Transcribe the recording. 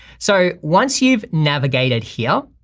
so once you've navigated here,